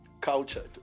culture